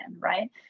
right